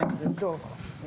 כן, בדוח.